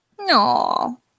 No